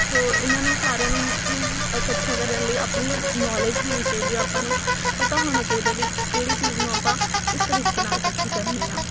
ਸੋ ਇਹਨਾਂ ਨੂੰ ਸਾਰਿਆਂ ਨੂੰ ਇਕੱਠਿਆਂ ਕਰਨ ਲਈ ਆਪਣੀ ਨੌਲੇਜ ਹੋਣੀ ਚਾਹੀਦੀ ਆ ਆਪਾਂ ਨੂੰ ਪਤਾ ਹੋਣਾ ਚਾਹੀਦਾ ਵੀ ਕਿਹੜੀ ਚੀਜ਼ ਨੂੰ ਆਪਾਂ ਕਿਸ ਤਰੀਕੇ ਨਾਲ ਇਕੱਠੀ ਕਰਨੀ ਆ